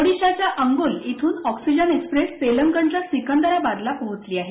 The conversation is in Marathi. ओडिशाच्या अंगुल इथून ऑक्सीजन एक्सप्रेस तेलंगणच्या सिकंदराबादला पोहोचली आहे